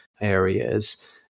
areas